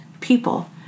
people